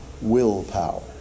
willpower